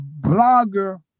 blogger